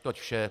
Toť vše.